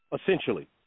Essentially